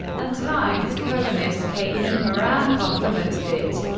and times columnist caitlin moran complimented it,